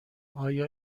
آیا